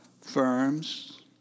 firms